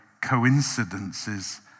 coincidences